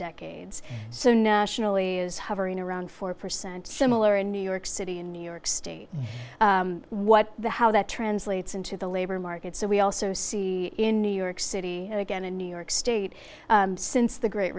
decades so nationally is hovering around four percent similar in new york city in new york state what the how that translates into the labor market so we also see in new york city and again in new york state since the great